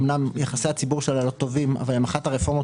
אומנם יחסי הציבור שלה לא טובים אבל הן אחת הרפורמות